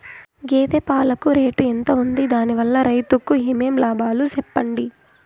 గేదె పాలు రేటు ఎంత వుంది? దాని వల్ల రైతుకు ఏమేం లాభాలు సెప్పండి?